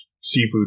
Seafood